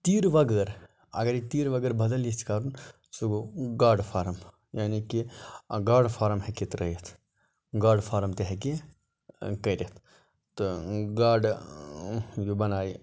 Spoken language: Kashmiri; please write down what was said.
تیٖرٕ بغٲر اَگَر یہِ تیٖرٕ بغٲر بَدَل ییٚژھِ کَرُن سُہ گوٚو گاڑٕ فارَم یعنی کہِ گاڑِ فارَم ہیٚکہِ ترٲوِتھ گاڑِ فارَم تہِ ہیٚکہِ کٔرِتھ تہٕ گاڑٕ یہِ بَنایہِ